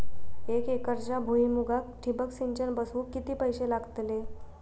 एक एकरच्या भुईमुगाक ठिबक सिंचन बसवूक किती पैशे लागतले?